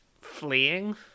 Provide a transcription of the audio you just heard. fleeing